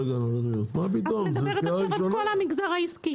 את מדברת עכשיו על כל המגזר העסקי.